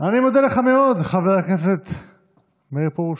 אני מודה לך מאוד, חבר הכנסת מאיר פרוש.